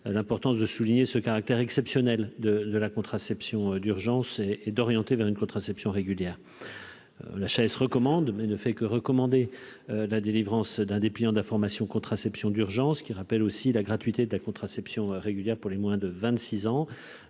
l'importance de souligner ce caractère exceptionnel de de la contraception d'urgence et d'orienter vers une contraception régulière, la HAS recommande mais ne fait que recommander la délivrance d'un dépliant d'information contraception d'urgence qui rappelle aussi la gratuité de la contraception régulière pour les moins de 26 ans,